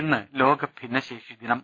ഇന്ന് ലോക ഭിന്നശേഷി ദിനം